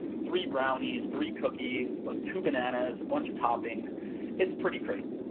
three brownish, three cookies like two bananas, a bunch of toppings it's pretty crazy.